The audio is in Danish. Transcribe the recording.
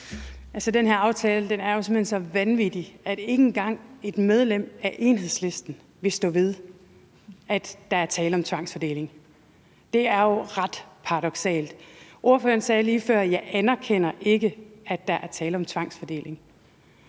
Den her aftale er jo simpelt hen så vanvittig, at ikke engang et medlem af Enhedslisten vil stå ved, at der er tale om tvangsfordeling. Det er jo ret paradoksalt. Ordføreren sagde lige før: Jeg anerkender ikke, at der er tale om tvangsfordeling.